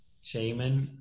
Shaman